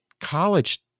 college